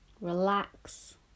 Relax